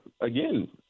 Again